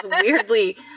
weirdly